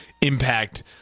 impact